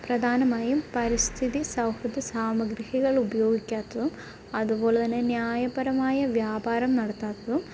പ്രധാനമായും പരിസ്ഥിതി സൗഹൃദ സാമഗ്രഹികള് ഉപയോഗിക്കാത്തതും അതുപോലെ തന്നെ ന്യായപരമായ വ്യാപാരം നടത്താത്തതും